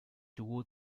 duo